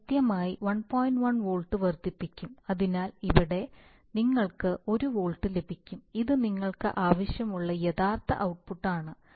1 volt വർദ്ധിപ്പിക്കും അതിനാൽ ഇവിടെ നിങ്ങൾക്ക് 1 വോൾട്ട് ലഭിക്കും അത് നിങ്ങൾക്ക് ആവശ്യമുള്ള യഥാർത്ഥ ഔട്ട്പുട്ട് ആണ്